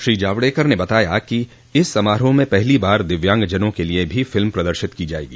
श्री जावडकर ने बताया कि इस समारोह में पहली बार दिव्यांगजनों के लिए भी फिल्म प्रदर्शित की जायेगी